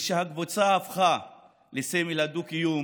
משהקבוצה הפכה לסמל לדו-קיום